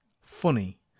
funny